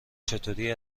چطوری